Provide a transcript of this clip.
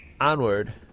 onward